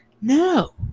No